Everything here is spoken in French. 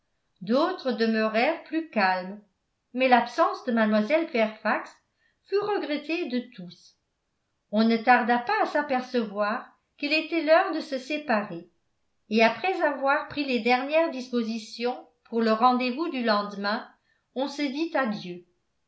d'autres demeurèrent plus calmes mais l'absence de mlle fairfax fut regrettée de tous on ne tarda pas à s'apercevoir qu'il était l'heure de se séparer et après avoir pris les dernières dispositions pour le rendez-vous du lendemain on se dit adieu